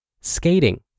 skating